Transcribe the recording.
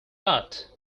got